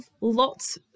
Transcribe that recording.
lots